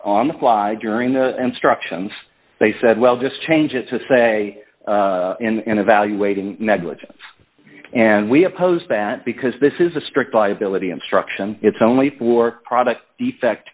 on the fly during the instructions they said well just change it to say and evaluating negligence and we oppose that because this is a strict liability instruction it's only for product defect